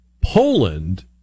Poland